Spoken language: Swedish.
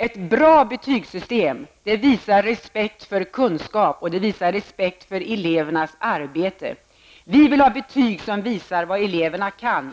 Ett bra betygssystem visar respekt för kunskap och för elevernas arbete. Vi vill ha betyg och fler betygssteg som visar vad eleverna kan.